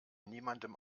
niemandem